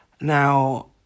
Now